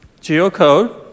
geocode